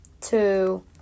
two